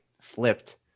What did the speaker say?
flipped